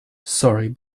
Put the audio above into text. sorry